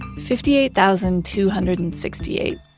and fifty eight thousand two hundred and sixty eight.